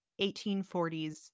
1840s